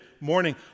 morning